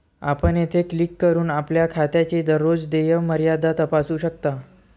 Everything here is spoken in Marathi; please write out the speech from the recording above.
आपण येथे क्लिक करून आपल्या खात्याची दररोज देय मर्यादा तपासू शकता